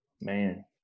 Man